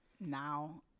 now